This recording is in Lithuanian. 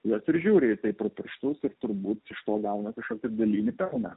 jos ir žiūri į tai pro pirštus ir turbūt iš to gauna kažkokį dalinį pelną